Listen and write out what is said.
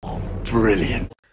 Brilliant